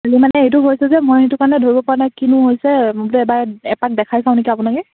খালি মানে এইটো হৈছে যে মই সেইটো কাৰণে ধৰিবপৰা নাই কিনো হৈছে বোলো এবাৰ এপাক দেখাই চাওঁ নেকি আপোনাকে